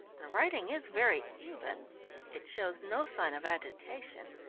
the writing is very even it shows no sign of agitation,